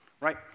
right